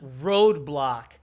Roadblock